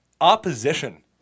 opposition